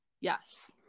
Yes